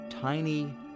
tiny